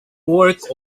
work